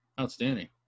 outstanding